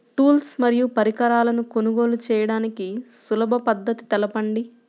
Tools మరియు పరికరాలను కొనుగోలు చేయడానికి సులభ పద్దతి తెలపండి?